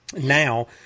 now